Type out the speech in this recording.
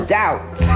doubt